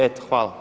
Eto hvala.